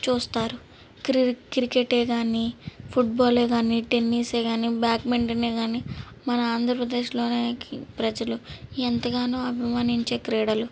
చూస్తారు క్రి క్రికెటే కానీ ఫుట్ బాలే కానీ టెన్నిసే కానీ బ్యాడ్మింటనే కానీ మన ఆంధ్రప్రదేశ్లోని ప్రజలు ఎంతగానో అభిమానించే క్రీడలు